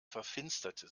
verfinsterte